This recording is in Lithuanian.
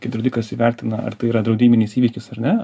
kai draudikas įvertina ar tai yra draudiminis įvykis ar ne